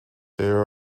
there